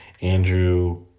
Andrew